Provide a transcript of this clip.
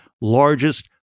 largest